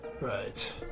Right